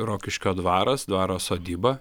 rokiškio dvaras dvaro sodyba